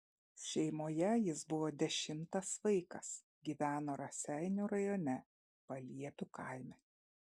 šeimoje jis buvo dešimtas vaikas gyveno raseinių rajone paliepių kaime